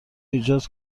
ایجاد